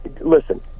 listen